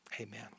Amen